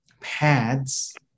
pads